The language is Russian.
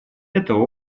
это